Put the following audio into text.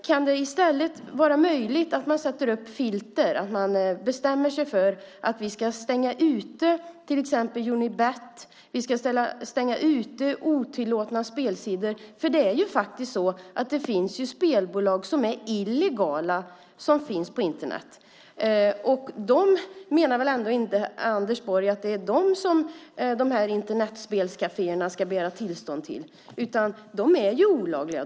Kan det i stället vara möjligt att sätta upp filter, att man bestämmer sig för att stänga ute till exempel Unibet och otillåtna spelsidor? Det finns ju faktiskt illegala spelbolag på Internet. Anders Borg menar väl ändå inte att det är dem som de här Internetspelkaféerna ska begära tillstånd för? De är ju olagliga.